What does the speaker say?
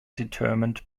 determined